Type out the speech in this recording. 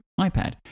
iPad